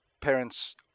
Parents